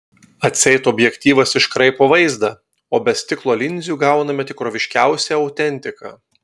atseit objektyvas iškraipo vaizdą o be stiklo linzių gauname tikroviškiausią autentiką